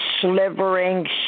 slivering